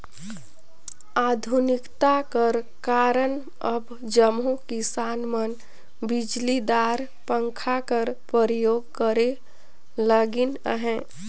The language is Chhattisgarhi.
आधुनिकता कर कारन अब जम्मो किसान मन बिजलीदार पंखा कर परियोग करे लगिन अहे